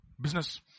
business